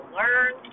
learn